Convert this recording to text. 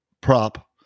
prop